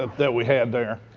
that we had there.